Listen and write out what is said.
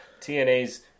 TNA's